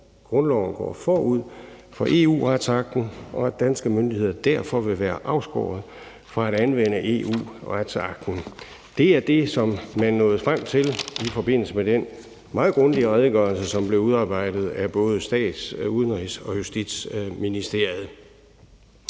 grundloven går forud for EU-retsakten, og at danske myndigheder derfor vil være afskåret fra at anvende EU-retsakten ...«. Det er det, som man nåede frem til i forbindelse med den meget grundige redegørelse, som blev udarbejdet af både Statsministeriet, Udenrigsministeriet